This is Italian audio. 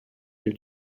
nel